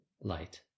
light